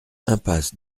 impasse